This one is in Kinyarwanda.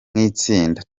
nk’itsinda